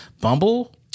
Bumble